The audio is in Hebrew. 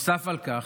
נוסף על כך,